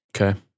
Okay